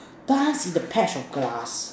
dance in the patch of grass